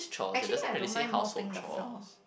actually I don't mind mopping the floor